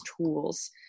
tools